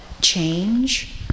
change